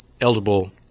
eligible